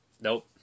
Nope